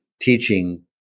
teaching